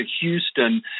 Houston